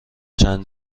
چند